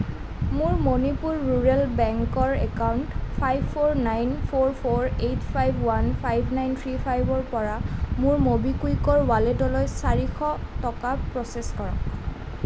মোৰ মণিপুৰ ৰুৰেল বেংকৰ account five four nine four four eight five one five nine three ফাইভৰ পৰা মোৰ ম'বিকুইকৰ ৱালেটলৈ চাৰিশ টকা প্ৰচেছ কৰক